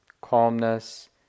calmness